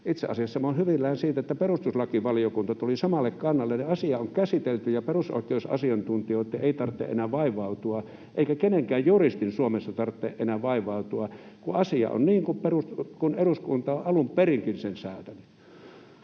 niin minä olen hyvillään siitä, että perustuslakivaliokunta tuli samalle kannalle ja asia on käsitelty ja perusoikeusasiantuntijoitten ei tarvitse enää vaivautua eikä kenenkään juristin Suomessa tarvitse enää vaivautua, kun asia on niin kuin eduskunta on alun perinkin sen säätänyt.